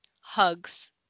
Hugs